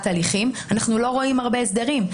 הליכים אנחנו לא רואים הרבה הסדרים?